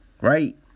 right